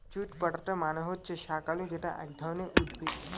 sweet potato মানে হচ্ছে শাকালু যেটা এক ধরনের উদ্ভিদ